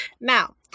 now